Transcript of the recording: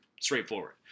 straightforward